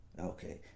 Okay